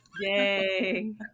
Yay